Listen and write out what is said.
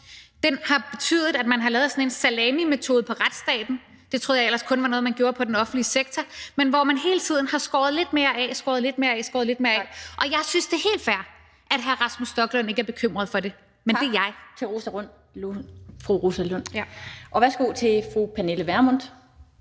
år, har betydet, at man har lavet sådan en salamimetode på retsstaten – det troede jeg ellers var noget, man kun gjorde på den offentlige sektor – hvor man hele tiden har skåret lidt mere af og skåret lidt mere af. Jeg synes, det er helt fair, at hr. Rasmus Stoklund ikke er bekymret for det, men det er jeg. Kl. 13:03 Den fg. formand (Annette Lind):